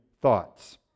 thoughts